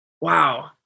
wow